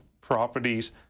properties